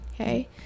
okay